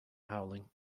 howling